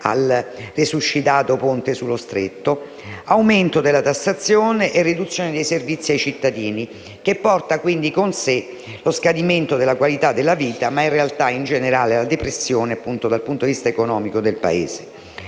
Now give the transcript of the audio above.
al resuscitato Ponte sullo Stretto di Messina); l'aumento della tassazione e la riduzione dei servizi ai cittadini, che porta con sé lo scadimento della qualità della vita, e in realtà, in generale, la depressione dal punto di vista economico del Paese.